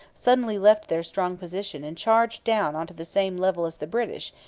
suddenly left their strong position and charged down on to the same level as the british,